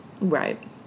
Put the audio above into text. Right